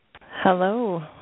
Hello